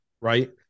right